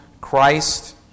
Christ